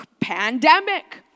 Pandemic